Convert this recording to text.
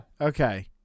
Okay